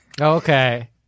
Okay